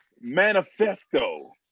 Manifesto